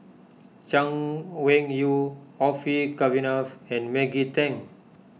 Chay Weng Yew Orfeur Cavenagh and Maggie Teng